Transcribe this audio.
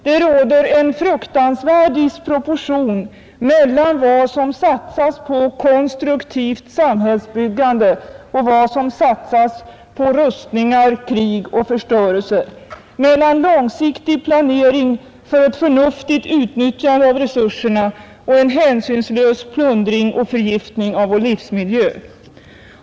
Det råder en fruktansvärd disproportion mellan vad som satsas på konstruktivt samhällsbyggande och vad som satsas på rustningar, krig och förstörelse, mellan långsiktig planering för ett förnuftigt utnyttjande av resurserna och en hänsynslös plundring och förgiftning av vår livsmiljö.